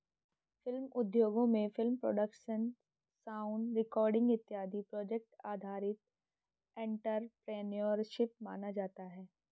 film उद्योगों में film production sound recording इत्यादि प्रोजेक्ट आधारित एंटरप्रेन्योरशिप माना जाता है